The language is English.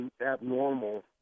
abnormal